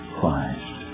Christ